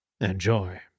Enjoy